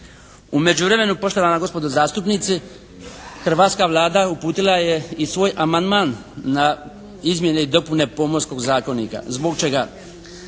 U međuvremenu poštovana gospodo zastupnici, hrvatska Vlada uputila je i svoj amandman na izmjene i dopune Pomorskog zakonika. Zbog čega?